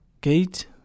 gate